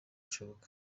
ushoboka